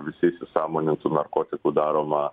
visi įsisąmonintų narkotikų daromą